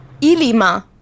Ilima